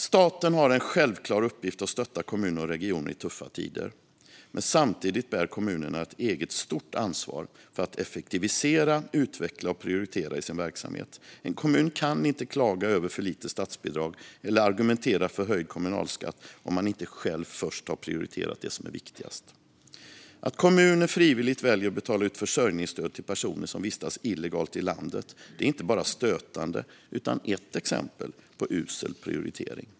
Staten har en självklar uppgift att stötta kommuner och regioner i tuffa tider. Men samtidigt bär kommunerna ett eget stort ansvar för att effektivisera, utveckla och prioritera i sin verksamhet. En kommun kan inte klaga över för lite statsbidrag eller argumentera för höjd kommunalskatt om man inte själv först har prioriterat det som är viktigast. Att kommuner frivilligt väljer att betala ut försörjningsstöd till personer som vistas illegalt i landet är inte bara stötande utan ett exempel på usel prioritering.